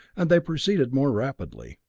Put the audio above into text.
and they proceeded more rapidly.